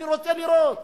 אני רוצה לראות